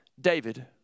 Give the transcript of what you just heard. David